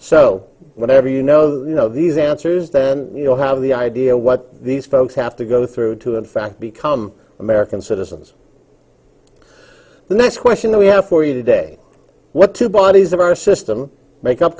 so whatever you know that you know these answers then you know have the idea what these folks have to go through to in fact become american citizens the next question that we have for you today what to bodies of our system make up